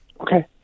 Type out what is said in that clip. Okay